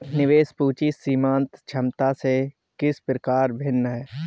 निवेश पूंजी सीमांत क्षमता से किस प्रकार भिन्न है?